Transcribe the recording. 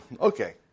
okay